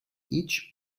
each